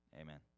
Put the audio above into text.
amen